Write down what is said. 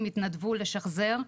התנדבו לשחזר,